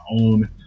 own